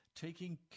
taking